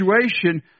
situation